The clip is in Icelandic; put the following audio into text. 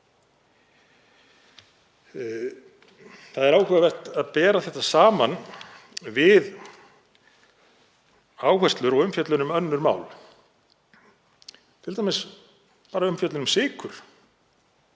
Það er áhugavert að bera þetta saman við áherslur og umfjöllun um önnur mál, t.d. var umfjöllun um sykur